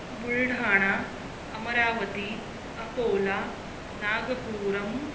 Buldhana Amravati Akola Nagapuram